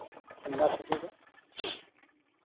university ᱨᱮ